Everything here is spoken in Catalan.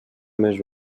més